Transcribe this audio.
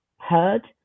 heard